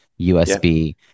USB